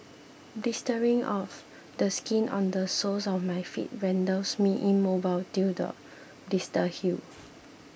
blistering of the skin on the soles of my feet renders me immobile till the blisters heal